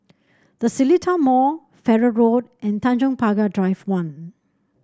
The Seletar Mall Farrer Road and Tanjong Pagar Drive One